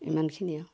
ইমানখিনিয়ে